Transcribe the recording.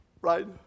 right